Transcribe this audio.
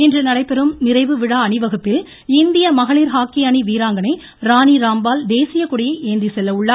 இன்று நடைபெறும் நிறைவு விழா அணிவகுப்பில் இந்திய மகளிர் ஹாக்கி அணி வீராங்கணை ராணி ராம்பால் தேசியக்கொடியை ஏந்திச் செல்ல உள்ளார்